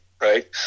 Right